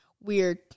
Weird